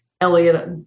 Elliot